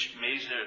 major